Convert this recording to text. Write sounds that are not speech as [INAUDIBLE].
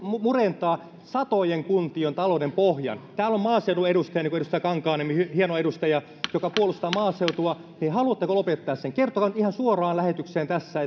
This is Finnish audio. murentaa satojen kuntien talouden pohjan täällä on maaseudun edustajia niin kuin edustaja kankaanniemi hieno edustaja joka puolustaa maaseutua haluatteko lopettaa sen kertokaa nyt ihan suoraan lähetykseen tässä [UNINTELLIGIBLE]